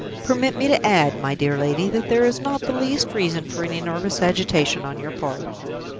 permit me to add, my dear lady, that there is not the least reason for any nervous agitation on your part.